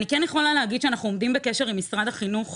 אני כן יכולה להגיד שאנחנו עומדים בקשר עם משרד החינוך